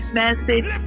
message